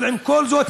אבל בכל זאת,